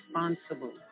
responsible